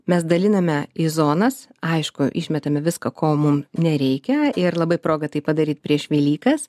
mes daliname į zonas aišku išmetame viską ko mum nereikia ir labai proga tai padaryt prieš velykas